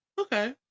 okay